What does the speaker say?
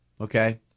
Okay